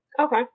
Okay